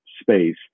space